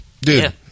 dude